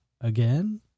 Again